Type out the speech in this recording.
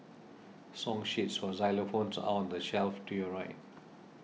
song sheets for xylophones are on the shelf to your right